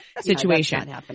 situation